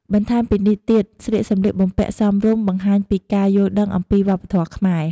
បន្ថែមពីនេះទៀតស្លៀកសម្លៀកបំពាក់សមរម្យបង្ហាញពីការយល់ដឹងអំពីវប្បធម៌ខ្មែរ។